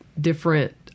different